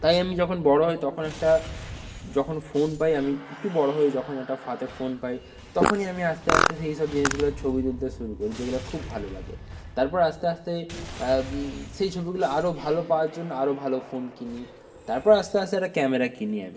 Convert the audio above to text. তাই আমি যখন বড় হই তখন একটা যখন ফোন পাই আমি একটু বড় হই যখন একটা হাতে ফোন পাই তখনই আমি আস্তে আস্তে সেই সব জিনিসগুলার ছবি তুলতে শুরু করি যেগুলা খুব ভালো লাগে তারপর আস্তে আস্তে সেই ছবিগুলা আরও ভালো পাওয়ার জন্য আরও ভালো ফোন কিনি তারপর আস্তে আস্তে একটা ক্যামেরা কিনি আমি